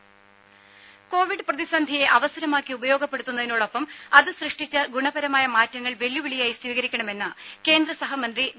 രും കൊവിഡ് പ്രതിസന്ധിയെ അവസരമാക്കി ഉപയോഗപ്പെടുത്തു ന്നതിനോടൊപ്പം അത് സൃഷ്ടിച്ച ഗുണപരമായ മാറ്റങ്ങൾ വെല്ലുവിളിയായി സ്വീകരിക്കണമെന്ന് കേന്ദ്ര സഹമന്ത്രി വി